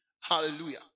Hallelujah